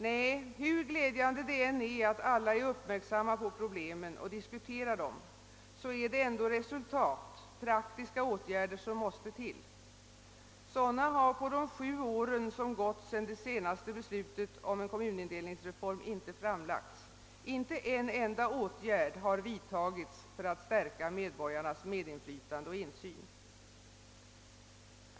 Nej, hur glädjande det än är att alla är uppmärksamma på problemen och diskuterar dem, är det ändå resultat, praktiska åtgärder som måste till. Under de sju år som gått efter det senaste beslutet om en kommunindelningsreform har det inte framlagts någonting i den vägen. Inte en enda åtgärd har vidtagits för att stärka medborgarnas medinflytande och insyn.